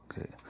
Okay